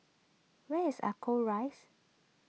where is Ascot Rise